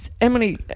Emily